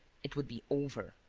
it would be over.